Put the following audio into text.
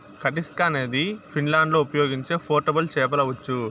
కటిస్కా అనేది ఫిన్లాండ్లో ఉపయోగించే పోర్టబుల్ చేపల ఉచ్చు